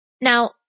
Now